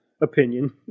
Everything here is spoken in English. opinion